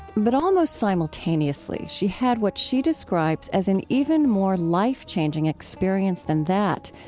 but almost simultaneously, she had what she describes as an even more life-changing experience than that,